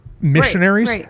missionaries